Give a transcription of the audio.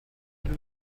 peut